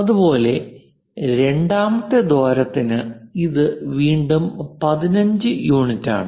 അതുപോലെ രണ്ടാമത്തെ ദ്വാരത്തിനു ഇത് വീണ്ടും 15 യൂണിറ്റാണ്